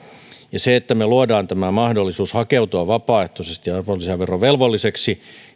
se että me luomme tämän mahdollisuuden hakeutua vapaaehtoisesti arvonlisäverovelvolliseksi